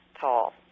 tall